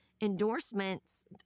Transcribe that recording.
endorsements